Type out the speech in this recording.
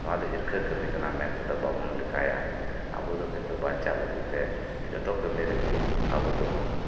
ᱱᱚᱶᱟ ᱫᱚ ᱦᱤᱨᱠᱷᱟᱹ ᱠᱟᱹᱢᱤ ᱠᱟᱱᱟ ᱢᱮᱱᱛᱮᱫᱚ ᱵᱟᱵᱚᱱ ᱞᱮᱠᱷᱟᱭᱟ ᱟᱵᱚ ᱫᱚ ᱱᱤᱛᱚᱜ ᱵᱟᱧᱪᱟᱜ ᱞᱟᱹᱜᱤᱫ ᱛᱮ ᱡᱚᱛᱚ ᱠᱟᱹᱢᱤ ᱨᱮᱜᱮ ᱟᱵᱚ ᱫᱚᱵᱚᱱ